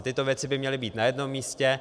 Tyto věci by měly být na jednom místě.